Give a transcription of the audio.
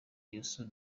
youssou